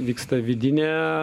vyksta vidinė